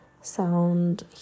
sound